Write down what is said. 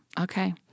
Okay